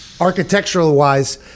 architectural-wise